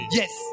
yes